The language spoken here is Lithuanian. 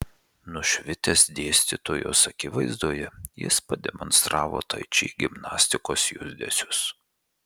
nušvitęs dėstytojos akivaizdoje jis pademonstravo tai či gimnastikos judesius